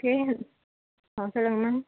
okay ஆ சொல்லுங்கள் ma'am